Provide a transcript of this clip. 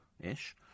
ish